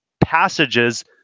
passages